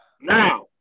Now